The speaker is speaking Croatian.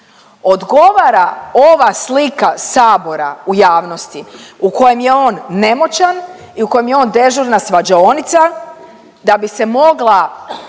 odgovara ova slika sabora u javnosti u kojem je on nemoćan i u kojem je on dežurna svađaonica da bi se mogla